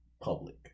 public